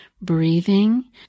breathing